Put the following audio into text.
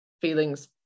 feelings